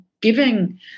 giving